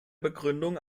begründung